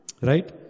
Right